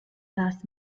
das